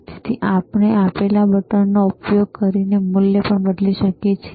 તેથી આપણે આપેલા બટનોનો ઉપયોગ કરીને મૂલ્ય પણ બદલી શકીએ છીએ